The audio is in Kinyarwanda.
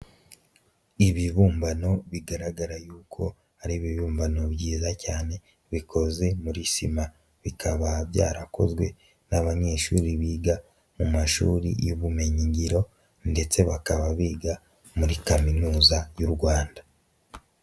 Ibibumbano bigaragara yuko ari ibiyumbano byiza cyane, bikoze muri sima, bikaba byarakozwe n'abanyeshuri biga mu mashuri y'ubumenyingiro ndetse bakaba biga muri kaminuza y'u Rwanda.